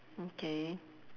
okay